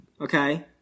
okay